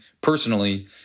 personally